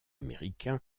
américain